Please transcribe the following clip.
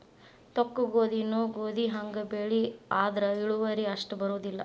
ತೊಕ್ಕಗೋಧಿನೂ ಗೋಧಿಹಂಗ ಬೆಳಿ ಆದ್ರ ಇಳುವರಿ ಅಷ್ಟ ಬರುದಿಲ್ಲಾ